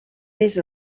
més